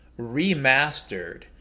remastered